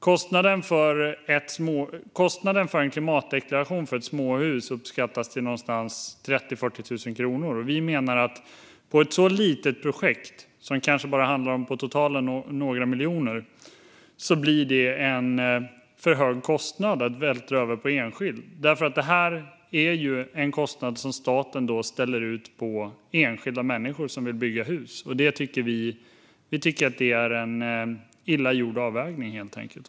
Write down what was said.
Kostnaden för en klimatdeklaration för ett småhus uppskattas till 30 000-40 000 kronor. Vi menar att på ett så litet projekt som kanske på totalen handlar om några miljoner blir det en för hög kostnad att vältra över på enskild. Det här en kostnad som staten ställer ut på enskilda människor som vill bygga hus. Vi tycker att det är en illa gjord avvägning, helt enkelt.